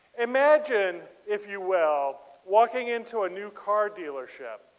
imagine if you will walking into a new car dealership.